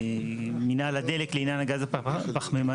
מנהל הדלק, לעניין הגז הפחממני.